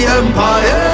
empire